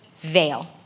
veil